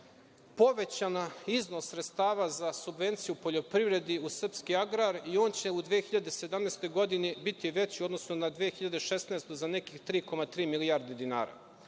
povećan iznos sredstava za subvenciju u poljoprivredi u srpski agrar i on će u 2017. godini biti veći, odnosno u odnosu na 2016. godinu za nekih 3,3 milijardi dinara.